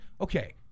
okay